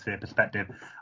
perspective